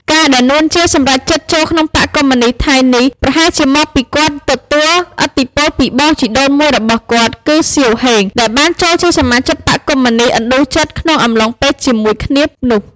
ការណ៍ដែល នួន ជា សម្រេចចិត្តចូលក្នុងបក្សកុម្មុយនិស្តថៃនេះ ប្រហែលជាមកពីគាត់ទទួលឥទ្ធិពលពីបងជីដូនមួយរបស់គាត់ គឺ សៀវ ហេង ដែលបានចូលជាសមាជិកបក្សកុម្មុយនិស្តឥណ្ឌូចិន នៅក្នុងអំឡុងពេលជាមួយគ្នានោះ។